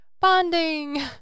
bonding